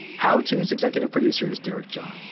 how tos executive producers derek john.